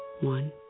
One